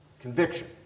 conviction